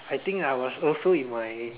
I think I was also in my